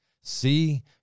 See